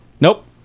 Nope